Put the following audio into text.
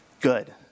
good